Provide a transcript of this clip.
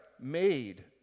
made